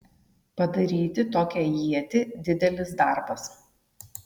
padaryti tokią ietį didelis darbas